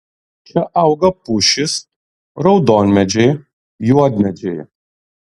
čia auga pušys raudonmedžiai juodmedžiai